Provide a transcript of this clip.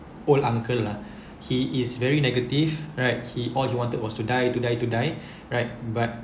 old uncle lah he is very negative right he all he wanted was to die to die to die right but